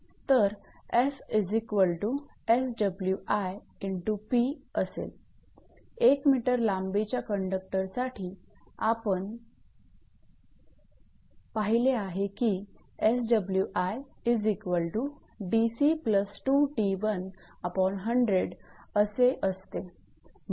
तर 𝐹 𝑆𝑤𝑖 × 𝑝 असेल एक मीटर लांबीच्या कंडक्टरसाठी आपण पाहिले आहे की असे असते म्हणून